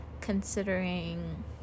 considering